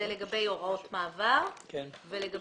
זה לגבי הוראות מעבר ולגבי